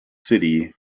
city